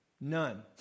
None